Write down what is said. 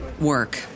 work